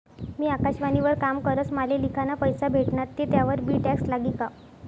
मी आकाशवाणी वर काम करस माले लिखाना पैसा भेटनात ते त्यावर बी टॅक्स लागी का?